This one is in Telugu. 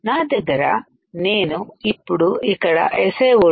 నా దగ్గర నేను ఇప్పుడు ఇక్కడSiO2